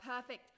perfect